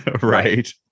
right